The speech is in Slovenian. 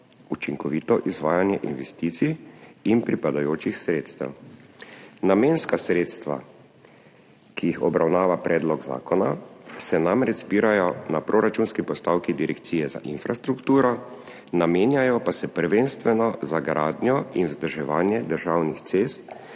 učinkovito izvajanje investicij in pripadajočih sredstev. Namenska sredstva, ki jih obravnava predlog zakona, se namreč zbirajo na proračunski postavki Direkcije za infrastrukturo, namenjajo pa se prvenstveno za gradnjo in vzdrževanje državnih cest